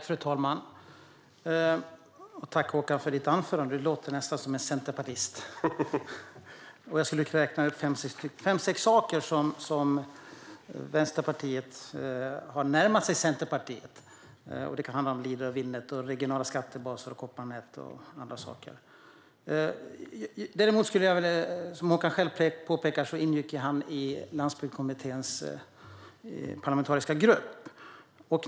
Fru talman! Tack, Håkan Svenneling, för ditt anförande! Du låter nästan som en centerpartist. Jag skulle kunna räkna upp fem sex saker där Vänsterpartiet har närmat sig Centerpartiet. Det kan handla om Leader och Winnet, regionala skattebaser, kopparnät och andra saker. Precis som Håkan själv påpekade ingick han i Landsbygdskommitténs parlamentariska grupp.